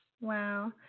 wow